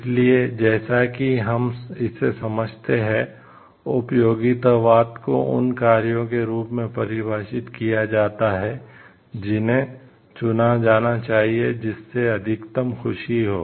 इसलिए जैसा कि हम इसे समझते हैं उपयोगितावाद को उन कार्यों के रूप में परिभाषित किया जाता है जिन्हें चुना जाना चाहिए जिससे अधिकतम खुशी हो